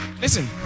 Listen